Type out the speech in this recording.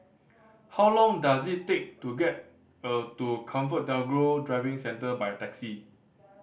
how long does it take to get a to ComfortDelGro Driving Centre by taxi